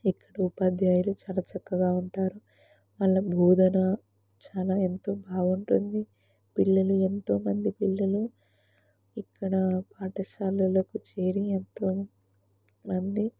ఇక్కడ ఉపాధ్యాయులు చాలా చక్కగా ఉంటారు మళ్ళీ బోధన చాలా ఎంతో బాగుంటుంది పిల్లలు ఎంతోమంది పిల్లలు ఇక్కడ పాఠశాలలకు చేరి ఎంతో మంది